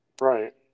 Right